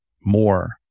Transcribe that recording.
more